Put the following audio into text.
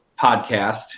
podcast